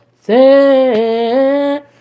say